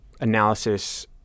analysis